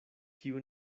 kiu